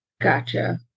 Gotcha